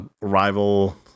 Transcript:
Rival